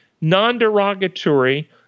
non-derogatory